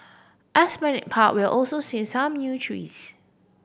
Esplanade Park will also see some new trees